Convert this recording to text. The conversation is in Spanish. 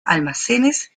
almacenes